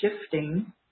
shifting